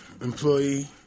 employee